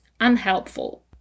unhelpful